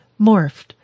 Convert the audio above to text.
morphed